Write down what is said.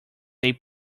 they